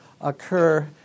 occur